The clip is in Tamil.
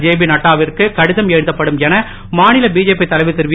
ஜேயி நட்டா விற்கு கடிதம் எழுதப்படும் என மாநில பிஜேபி தலைவர் திருவி